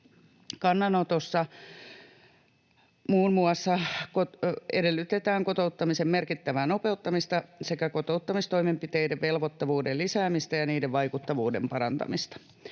Kannanotossa muun muassa edellytetään kotouttamisen merkittävää nopeuttamista sekä kotouttamistoimenpiteiden velvoittavuuden lisäämistä ja niiden vaikuttavuuden parantamista.